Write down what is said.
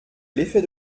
l’effet